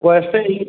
वैसे ही